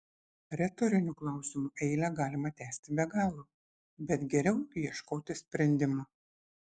retorinių klausimų eilę galima tęsti be galo bet geriau ieškoti sprendimo